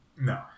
No